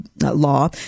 law